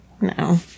No